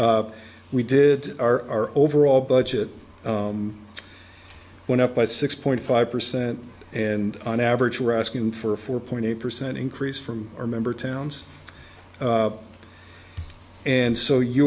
we did our overall budget went up by six point five percent and on average we're asking for a four point eight percent increase from our member towns and so you